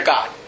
God